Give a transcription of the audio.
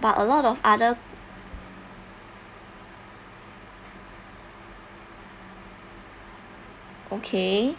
but a lot of other okay